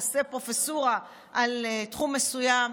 עושה פרופסורה על תחום מסוים,